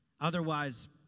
Otherwise